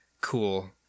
cool